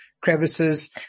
crevices